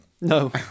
No